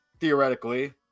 theoretically